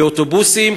באוטובוסים,